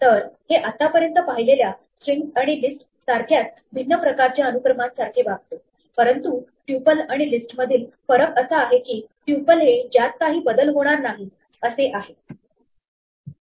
तर हे आतापर्यंत पाहिलेल्या स्ट्रिंग्स आणि लिस्ट सारख्याच भिन्न प्रकारच्या अनुक्रमांसारखे वागते परंतु ट्युपल आणि लिस्ट मधील फरक असा आहे की ट्युपल हे ज्यात काही बदल होणार नाही असे आहे